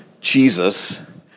Jesus